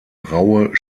raue